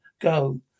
Go